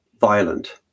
violent